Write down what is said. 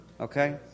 Okay